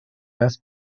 nes